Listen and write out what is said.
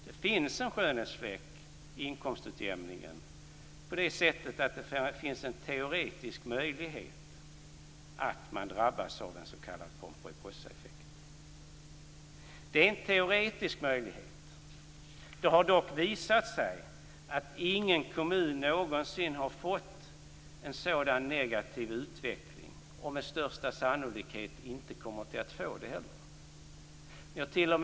Det finns en skönhetsfläck när det gäller inkomstutjämningen på det sättet att det finns en teoretisk möjlighet att man drabbas av en s.k. Pomperipossaeffekt. Det har dock visat sig att ingen kommun någonsin har fått en sådan negativ utveckling, och med största sannolikhet kommer inte någon heller att få det.